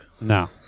No